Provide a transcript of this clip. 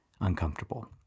uncomfortable